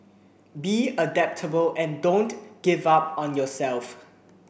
be adaptable and don't give up on yourself